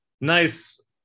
nice